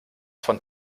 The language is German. von